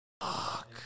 Fuck